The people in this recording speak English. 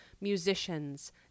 musicians